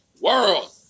world